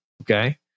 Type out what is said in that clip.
Okay